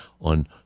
on